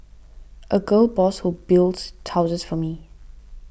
a gal boss who builds houses for me